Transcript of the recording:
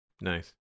Nice